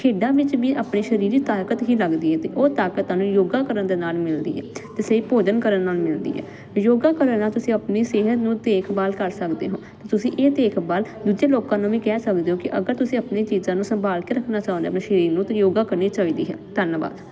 ਖੇਡਾਂ ਵਿੱਚ ਵੀ ਆਪਣੇ ਸਰੀਰਕ ਤਾਕਤ ਹੀ ਲੱਗਦੀ ਹੈ ਅਤੇ ਉਹ ਤਾਕਤ ਤੁਹਾਨੂੰ ਯੋਗਾ ਕਰਨ ਦੇ ਨਾਲ ਮਿਲਦੀ ਹੈ ਅਤੇ ਸਹੀ ਭੋਜਨ ਕਰਨ ਨਾਲ ਮਿਲਦੀ ਹੈ ਯੋਗਾ ਕਰਨ ਨਾਲ ਤੁਸੀਂ ਆਪਣੀ ਸਿਹਤ ਨੂੰ ਦੇਖਭਾਲ ਕਰ ਸਕਦੇ ਹੋ ਤੁਸੀਂ ਇਹ ਦੇਖਭਾਲ ਦੂਜੇ ਲੋਕਾਂ ਨੂੰ ਵੀ ਕਹਿ ਸਕਦੇ ਹੋ ਕਿ ਅਗਰ ਤੁਸੀਂ ਆਪਣੀ ਚੀਜ਼ਾਂ ਨੂੰ ਸੰਭਾਲ ਕੇ ਰੱਖਣਾ ਚਾਹੁੰਦੇ ਹੋ ਆਪਣੇ ਸਰੀਰ ਨੂੰ ਤਾਂ ਯੋਗਾ ਕਰਨੀ ਚਾਹੀਦੀ ਹੈ ਧੰਨਵਾਦ